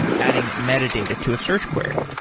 adding metadata to a search query.